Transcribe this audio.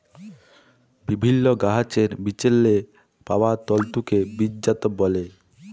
বিভিল্ল্য গাহাচের বিচেল্লে পাউয়া তল্তুকে বীজজাত ব্যলে